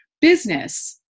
business